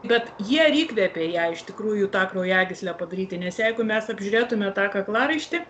bet jie įkvėpė ją iš tikrųjų tą kraujagyslę padaryti nes jeigu mes apžiūrėtume tą kaklaraištį